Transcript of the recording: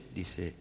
disse